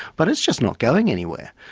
but it's just not going anywhere.